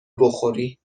بخوری